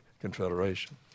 confederation